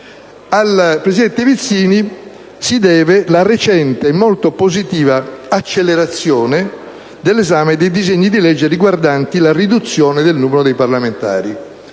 gli sto dicendo) si deve la recente e molto positiva accelerazione dell'esame dei disegni di legge riguardanti la riduzione del numero dei parlamentari.